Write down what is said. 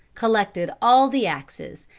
collected all the axes,